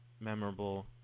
memorable